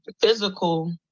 physical